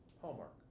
Hallmark